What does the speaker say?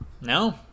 No